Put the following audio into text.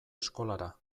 eskolara